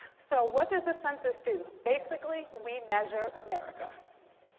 so what does the census do? basically we measure america.